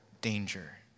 danger